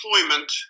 employment